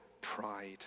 pride